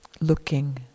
looking